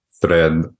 thread